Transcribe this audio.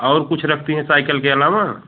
और कुछ रखती हैं साइकल के अलावा